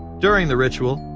during the ritual,